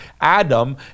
adam